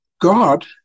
God